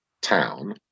town